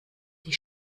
die